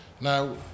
Now